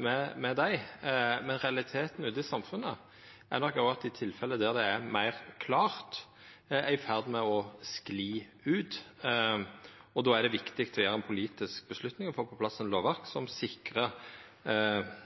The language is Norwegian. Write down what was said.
med dei, men realiteten ute i samfunnet er nok at det òg i dei tilfella der det er klarare, er i ferd med å skli ut. Då er det viktig å ta ei politisk avgjerd og få på plass eit lovverk som